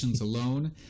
alone